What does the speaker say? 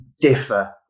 differ